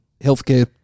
healthcare